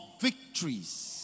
victories